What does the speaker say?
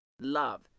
love